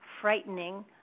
frightening